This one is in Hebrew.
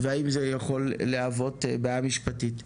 והאם זה יכול להוות בעיה משפטית.